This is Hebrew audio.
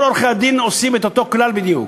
כל עורכי-הדין עושים את אותו כלל בדיוק,